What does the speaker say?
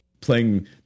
playing